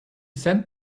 sent